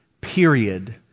period